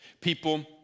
People